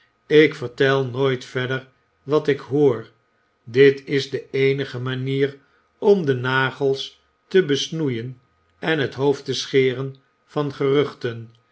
ik vertel nooit verder wat ik hoor dit is de eenige manier om de nagels te besnoeien en het hoofd te scheren van geruchten